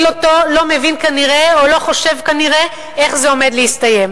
אותו לא מבין כנראה או לא חושב כנראה איך זה עומד להסתיים.